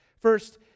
First